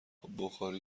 بخاری